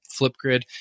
Flipgrid